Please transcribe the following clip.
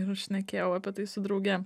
ir aš šnekėjau apie tai su drauge